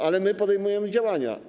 Ale my podejmujemy działania.